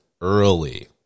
early